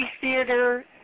theater